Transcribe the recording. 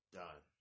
done